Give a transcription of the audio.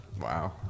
wow